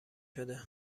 شده